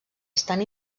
estan